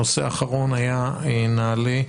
הנושא האחרון היה נעל"ה,